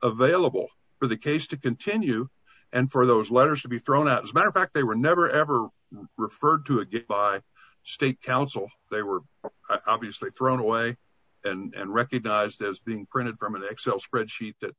available for the case to continue and for those letters to be thrown out as a matter of fact they were never ever referred to it by state counsel they were obviously thrown away and recognized as being printed from an excel spreadsheet that